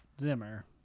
Zimmer